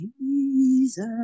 Jesus